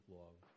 love